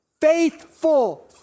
faithful